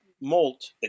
molt